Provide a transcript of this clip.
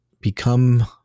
Become